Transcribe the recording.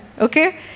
okay